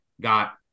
got